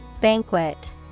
Banquet